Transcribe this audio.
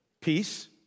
peace